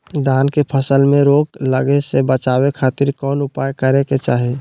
धान के फसल में रोग लगे से बचावे खातिर कौन उपाय करे के चाही?